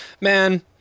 man